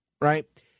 right